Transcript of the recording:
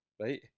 right